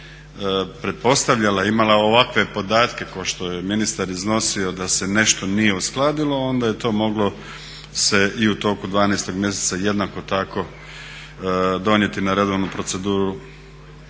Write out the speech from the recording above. pretpostavljala, imala ovakve podatke kao što je ministar iznosio da se nešto nije uskladilo onda je to moglo se i u toku 12. mjeseca jednako tako donijeti na redovnu proceduru